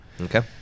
okay